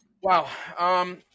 Wow